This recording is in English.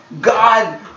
God